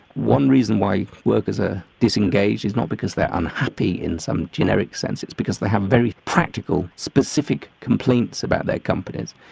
one reason why workers are disengaged is not because they are unhappy in some generic sense, it's because they have very practical, specific complaints about their companies.